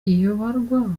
iyoborwa